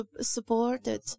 supported